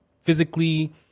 physically